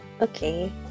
Okay